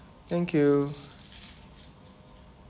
thank you